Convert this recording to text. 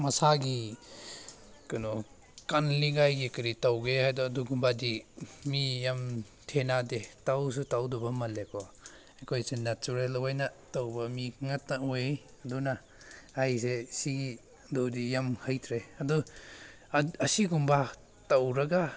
ꯃꯁꯥꯒꯤ ꯀꯩꯅꯣ ꯀꯟꯂꯤꯉꯩꯒꯤ ꯀꯔꯤ ꯇꯧꯒꯦ ꯍꯥꯏꯗꯣ ꯑꯗꯨꯒꯨꯝꯕꯗꯤ ꯃꯤ ꯌꯥꯝ ꯊꯦꯡꯅꯗꯦ ꯇꯧꯁꯨ ꯇꯧꯗꯕ ꯃꯥꯜꯂꯦ ꯀꯣ ꯑꯩꯈꯣꯏꯁꯦ ꯅꯦꯆꯔꯦꯜ ꯑꯣꯏꯅ ꯇꯧꯕ ꯃꯤ ꯉꯥꯛꯇ ꯑꯣꯏ ꯑꯗꯨꯅ ꯍꯥꯏꯁꯦ ꯁꯤꯒꯤ ꯑꯗꯨꯗꯤ ꯌꯥꯝ ꯍꯩꯇ꯭ꯔꯦ ꯑꯗꯨ ꯑꯁꯤꯒꯨꯝꯕ ꯇꯧꯔꯒ